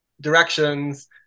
directions